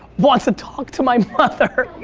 wants to talk to my mother.